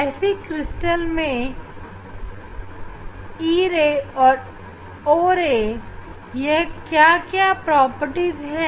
ऐसे क्रिस्टल में e ray और o ray की क्या क्या प्रॉपर्टीज है